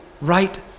right